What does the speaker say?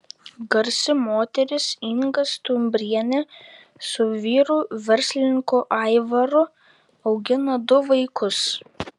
garsi moteris inga stumbrienė su vyru verslininku aivaru augina du vaikus